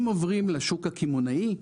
אם עוברים לשוק הקמעונאי,